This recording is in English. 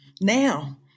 now